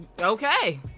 okay